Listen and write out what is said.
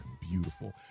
beautiful